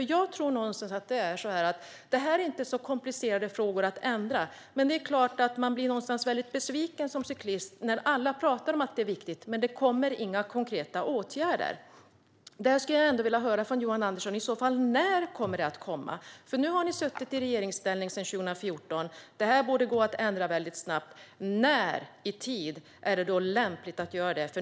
Jag tror inte att det är så komplicerade frågor att ändra. Det är klart att man blir väldigt besviken som cyklist när alla pratar om att det här är viktigt men det inte kommer några konkreta åtgärder. Jag skulle vilja höra från Johan Andersson när sådana i så fall kommer att komma. Nu har ni suttit i regeringsställning sedan 2014. Detta borde gå att ändra väldigt snabbt. När är det lämpligt att göra det?